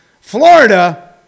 Florida